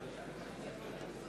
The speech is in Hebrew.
מצביעה